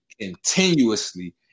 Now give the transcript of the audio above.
continuously